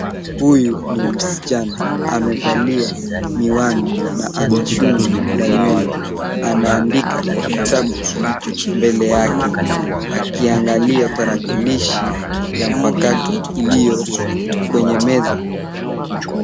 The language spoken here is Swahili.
Huyu ni msichana. Amevalia miwani na ana shungi la nywele. Anaandika kwa kitabu kilicho mbele yake akiangalia tarakilishi ya mpakato iliyoko kwenye meza.